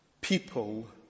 people